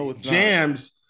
jams